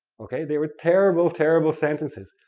okay. they were terrible, terrible sentences.